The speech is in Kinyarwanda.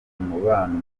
umubano